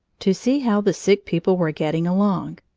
to see how the sick people were getting along,